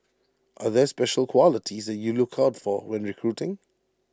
are there special qualities that you look out for when recruiting